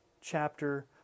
chapter